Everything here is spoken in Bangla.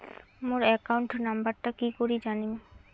মোর একাউন্ট নাম্বারটা কি করি জানিম?